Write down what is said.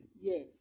Yes